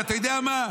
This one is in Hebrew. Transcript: ואתה יודע מה,